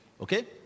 Okay